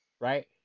right